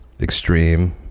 Extreme